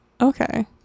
Okay